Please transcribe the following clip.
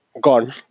gone